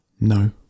No